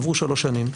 עברו שלוש שנים,